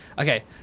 Okay